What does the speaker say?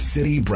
City